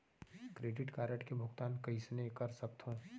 Credit card के भुगतान कइसने कर सकथो?